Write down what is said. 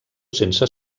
sense